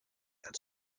and